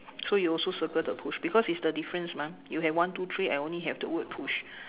so you also circle the push because is the difference mah you have one two three I only have the word push